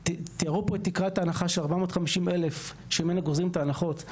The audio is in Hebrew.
תיארו פה את תקרת ההנחה של 450,000 שממנה גוזרים את ההנחות,